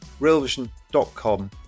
realvision.com